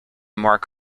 mark